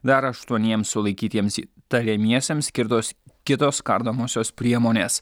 dar aštuoniems sulaikytiems įtariamiesiems skirtos kitos kardomosios priemonės